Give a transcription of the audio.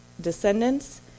descendants